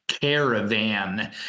Caravan